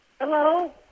Hello